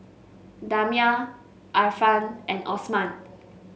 Damia Irfan and Osman